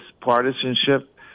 partisanship